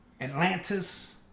Atlantis